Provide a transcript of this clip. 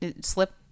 slip